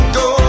go